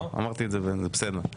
אמרתי את זה בסדר.